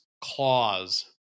clause